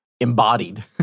embodied